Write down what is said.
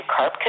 Carb